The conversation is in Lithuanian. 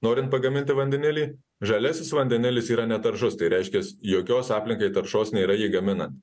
norint pagaminti vandenilį žaliasis vandenilis yra netaršus tai reiškias jokios aplinkai taršos nėra jį gaminant